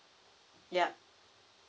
yup